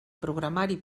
programari